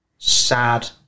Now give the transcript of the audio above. sad